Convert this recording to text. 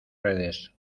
redes